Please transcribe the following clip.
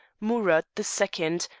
amurath the second,